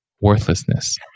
worthlessness